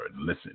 listen